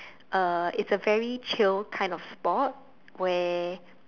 uh it's a very chill kind of sport where